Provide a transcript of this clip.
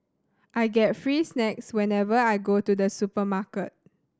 I get free snacks whenever I go to the supermarket